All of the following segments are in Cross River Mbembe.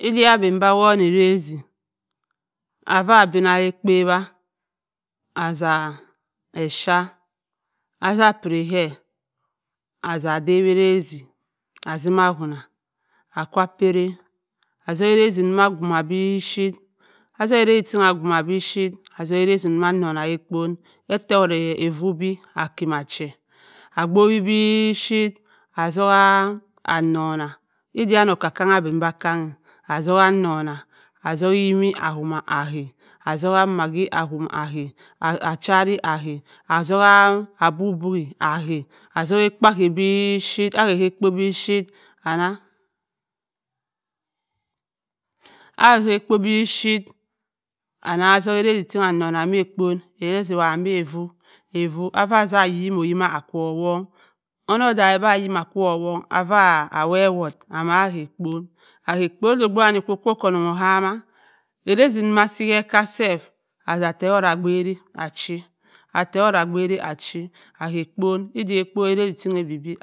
Iddaa abendi awohn erazi affa binna ka-akpa wabu asa epuy asa piri kke asa dawi erazi asimma awonbu akwa piri atzok erazi wu a bgumma bipuyir aki erazi abumma bipuyir atzok erazi wa annong ka ekpon ete wott afu bi akima che akpowi bipuyitt azubua annonaa ida okka-kann aben bi akka-a azukbu nnona atzuk-e eyimi aha atzuku maggi awom a haa a chain ahaa atzukbu abo-bo-ee ahaa atzuku akpo aha bipyut ahaha ekpo biphyit anna aha ha ekpo bipuyit anna atzuke erazi ting annona ke ekpon etuzi owowa me aua avu afa sa bhim-oyimma a kwu owonng onnong odayi da ayimnaa ako owong affa wo-ewott ama abua ekpon a’ ekpon onno da obguwami ki okwo oki onnong chamma erazi wa osi eke self atza tewott a abarri achi atte wott abarri a chi ebu- ap ekpon edi ekpon ting edi-dip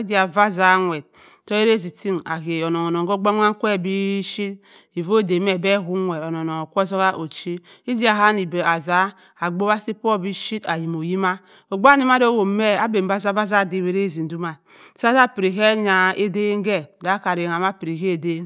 edi va osa ewett atzuk, erazi ting a bha onnong oban-baak kwe be bipuyit evu da me be owon ewett onnong okkw zubha ochi ida uanni edaa asah akpowi asi poo bipuyit ayim-oyimma ogbu wani made owotto me ava sa adowi erazi odunona saa-sa piri kke edan ke-daakka ranaang pori ke edan.